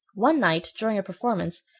one night, during a performance,